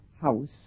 house